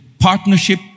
Partnership